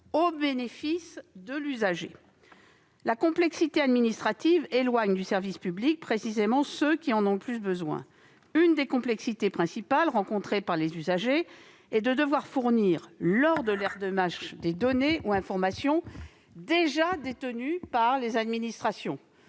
au bénéfice de l'usager. La complexité administrative éloigne du service public ceux qui en ont le plus besoin. Une des complexités principales rencontrées par les usagers est de devoir fournir, lors de leur demande, des données ou informations déjà détenues par les administrations